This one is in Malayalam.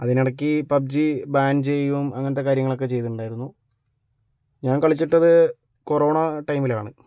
അതിനിടക്ക് പബ്ജി ബാൻ ചെയ്യുകയും അങ്ങനത്തെ കാര്യങ്ങളൊക്കെ ചെയ്തിട്ടുണ്ടായിരുന്നു ഞാൻ കളിച്ചിട്ടത് കൊറോണ ടൈമിലാണ്